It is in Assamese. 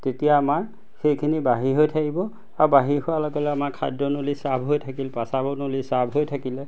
তেতিয়া আমাৰ সেইখিনি বাহিৰ হৈ থাকিব আৰু বাহিৰ হোৱাৰ লগে লগে আমাৰ খাদ্যনলী চাফ হৈ থাকিল পাচাবৰ নলী চাফ হৈ থাকিলে